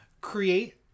create